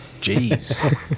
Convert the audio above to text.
jeez